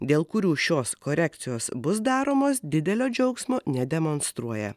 dėl kurių šios korekcijos bus daromos didelio džiaugsmo nedemonstruoja